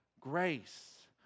Grace